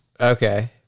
Okay